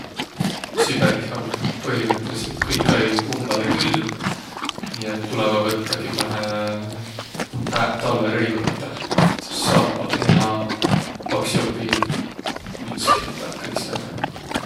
Siberih om põhimõttelidselt kõikaig umbõlõ külm. Nii, et tulõvaq võtta kimmähe hääq talvõrõivaq üteh, et sis saapaq ja paks jopi, müts, kindaq, kõik sääne.